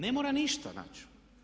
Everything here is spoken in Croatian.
Ne mora ništa naći.